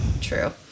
True